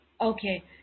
Okay